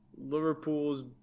Liverpool's